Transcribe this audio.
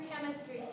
chemistry